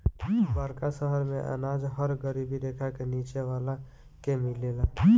बड़का शहर मेंअनाज हर गरीबी रेखा के नीचे वाला के मिलेला